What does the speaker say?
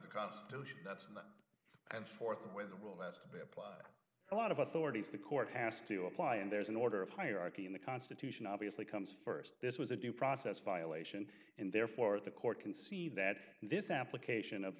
the constitution that's not and forth with a rule that applies a lot of authorities the court has to apply and there's an order of hierarchy in the constitution obviously comes first this was a due process violation and therefore the court can see that this application of